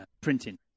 printing